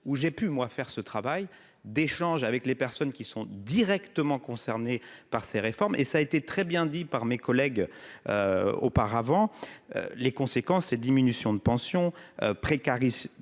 ou j'ai pu, moi, faire ce travail d'échanges avec les personnes qui sont directement concernés par ces réformes et ça a été très bien dit par mes collègues auparavant les conséquences et diminution de pension précarisation